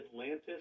Atlantis